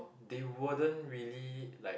they wouldn't really like